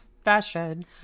Fashion